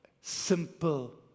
simple